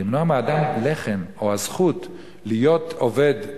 למנוע מאדם לחם או את הזכות להיות עובד,